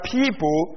people